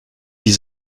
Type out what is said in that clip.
die